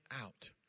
out